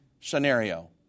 scenario